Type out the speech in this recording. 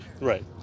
Right